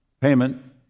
payment